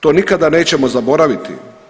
To nikada nećemo zaboraviti.